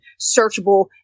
Searchable